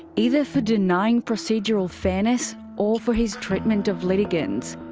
either for denying procedural fairness or for his treatment of litigants.